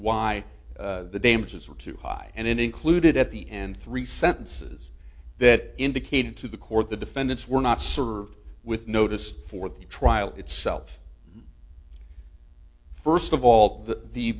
why the damages were too high and it included at the end three sentences that indicated to the court the defendants were not served with notice for the trial itself first of all the